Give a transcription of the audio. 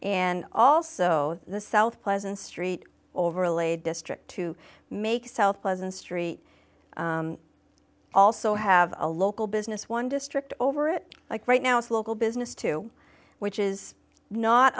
and also the south pleasant street overlay district to make south pleasant street also have a local business one district over it like right now it's local business too which is not